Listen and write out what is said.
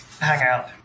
hangout